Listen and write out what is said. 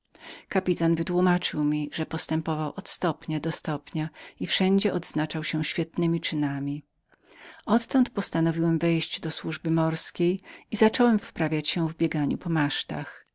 kapitan wytłumaczył mi że postępował od stopnia do stopnia i wszędzie odznaczał się świetnemi czynami odtąd postanowiłem wejść do służby morskiej i zacząłem wprawiać się do